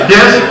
Yes